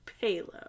payload